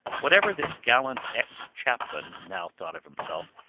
whatever this gallant ex-chaplain now thought of himself,